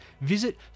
visit